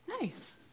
nice